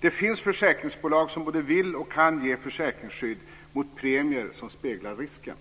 Det finns försäkringsbolag som både vill och kan ge försäkringsskydd mot premier som speglar risken.